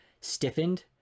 stiffened